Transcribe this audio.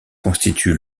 constitue